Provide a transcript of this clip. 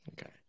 Okay